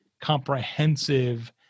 comprehensive